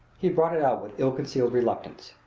he brought it out with ill-concealed reluctance.